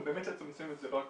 אבל באמת לצמצם את זה רק